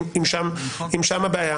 אם שם הבעיה.